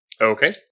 Okay